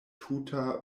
tuta